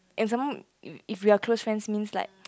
and some more if if we are close friends means like